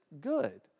good